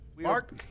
Mark